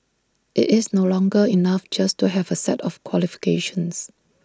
IT is no longer enough just to have A set of qualifications